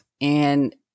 and-